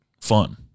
fun